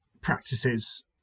practices